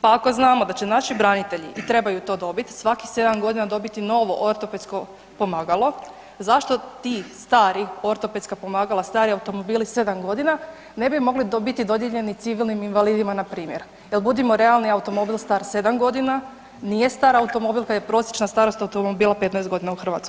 Pa ako znamo da će naši branitelji i trebaju to dobiti, svakih 7 godina dobiti novo ortopedsko pomagalo, zašto ti stari, ortopedska pomagala, stari automobili 7 godina ne bi mogli biti dodijeljeni civilnim invalidima na primjer, jer budimo realni automobil star 7 godina nije star automobil kad je prosječna starost automobila 15 godina u Hrvatskoj.